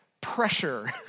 pressure